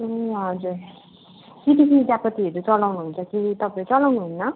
ए हजुर सिटिसी चियापत्तीहरू चलाउनु हुन्छ कि तपाईँ चलाउनु हुन्न